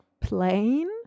plain